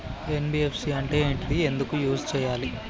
NBFC అంటే ఏంటిది ఎందుకు యూజ్ చేయాలి?